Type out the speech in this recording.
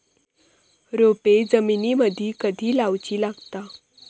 रोपे जमिनीमदि कधी लाऊची लागता?